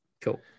Cool